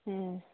ꯎꯝ